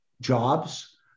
jobs